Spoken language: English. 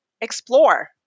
explore